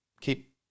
keep